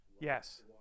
Yes